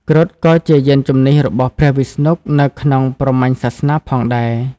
គ្រុឌក៏ជាយានជំនិះរបស់ព្រះវិស្ណុនៅក្នុងព្រហ្មញ្ញសាសនាផងដែរ។